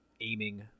aiming